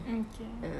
okay